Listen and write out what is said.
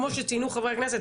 כמו שציינו חברי הכנסת,